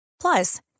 Plus